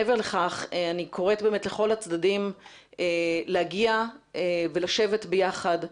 מעבר לכך, אני קוראת לכל הצדדים להגיע ולשבת ביחד.